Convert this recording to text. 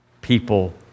people